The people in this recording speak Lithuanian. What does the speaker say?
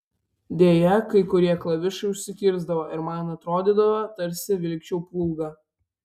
deja kai kurie klavišai užsikirsdavo ir man atrodydavo tarsi vilkčiau plūgą